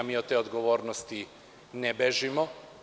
Mi od te odgovornosti ne bežimo.